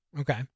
Okay